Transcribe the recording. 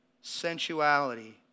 sensuality